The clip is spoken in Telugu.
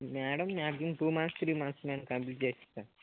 madam maximum two months three months మేమ్ కంప్లీట్ చేసి ఇస్తాం